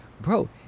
bro